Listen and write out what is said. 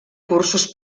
cursos